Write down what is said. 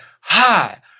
hi